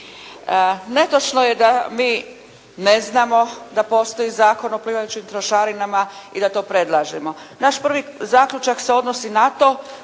Netočno je da mi ne znamo da postoji zakon o plivajućim trošarinama i da to predlažemo. Naš prvi zaključak se odnosi na to